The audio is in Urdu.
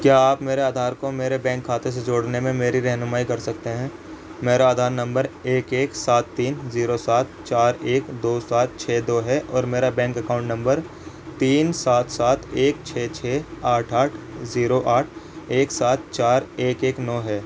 کیا آپ میرے آدھار کو میرے بینک کھاتے سے جورنے میں میری رہنمائی کر سکتے ہیں میرا آدھار نمبر ایک ایک سات تین زیرو سات چار ایک دو سات چھ دو ہے اور میرا بینک اکاؤنٹ نمبر تین سات سات ایک چھ چھ آٹھ آٹھ زیرو آٹھ ایک سات چار ایک ایک نو ہے